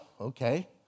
okay